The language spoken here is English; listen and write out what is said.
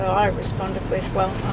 i responded with well,